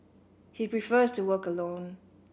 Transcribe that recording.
he prefers to work alone